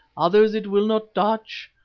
others it will not touch.